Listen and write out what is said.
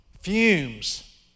fumes